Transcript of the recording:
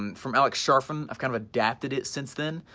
um from alex charfen, i've kind of adapted it since then,